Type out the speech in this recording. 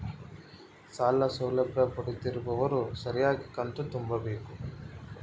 ಸಾಲ ಸೌಲಭ್ಯ ಪಡೆದಿರುವವರು ಸರಿಯಾಗಿ ಕಂತು ತುಂಬಬೇಕು?